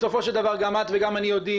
בסופו של דבר גם את וגם אני יודעים